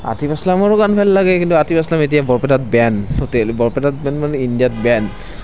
আটিফ আছলামৰো গান ভাল লাগে কিন্তু আটিফ আছলাম এতিয়া বৰপেটাত বেন চ' বৰপেটাত বেন মানে ইণ্ডিয়াত বেন